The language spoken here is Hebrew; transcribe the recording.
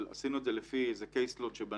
אבל עשינו את זה לפי איזה case lot שבנינו,